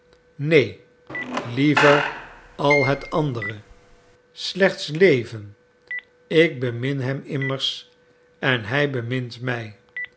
neen liever al het andere slechts leven ik bemin hem immers en hij bemint mij